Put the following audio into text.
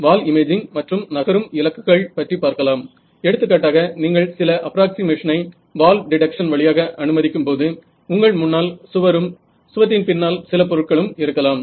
Student wall imaging மற்றும் நகரும் இலக்குகள் வழியாக மற்றும் எல்லாம் சரியா எடுத்துக்காட்டாக நீங்கள் சில அப்ராக்ஸிமேஷனை வால் டிடெக்கஷன் வழியாக அனுமதிக்கும்போது உங்கள் முன்னால் சுவரும் சுவற்றின் முன்னால் சில பொருட்களும் இருக்கலாம்